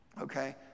Okay